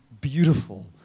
beautiful